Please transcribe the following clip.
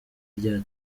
rya